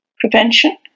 Prevention